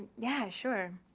yeah, sure.